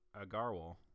Agarwal